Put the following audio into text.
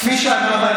כפי שאמרו,